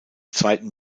zweiten